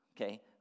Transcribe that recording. okay